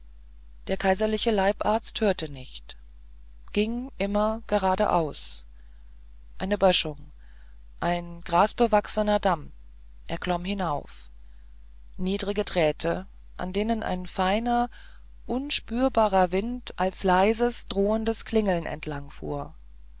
der kaiserliche leibarzt hörte nicht ging immer geradeaus eine böschung ein grasbewachsener damm er klomm ihn hinauf niedrige drähte an denen ein feiner unspürbarer wind als leises drohendes klingeln entlang fuhr